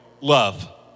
love